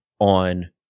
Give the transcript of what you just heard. on